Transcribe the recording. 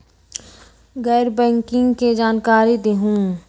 गैर बैंकिंग के जानकारी दिहूँ?